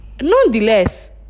nonetheless